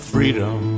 Freedom